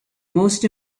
most